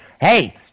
hey